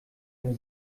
nur